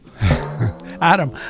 adam